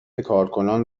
کارکنان